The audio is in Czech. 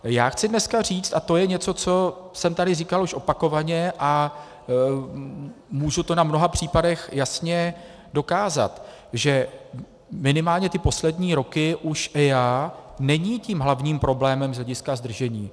Já chci dneska říci, a to je něco, co jsem tady říkal už opakovaně a mohu to na mnoha příkladech jasně dokázat, že minimálně ty poslední roky už EIA není tím hlavním problémem z hlediska zdržení.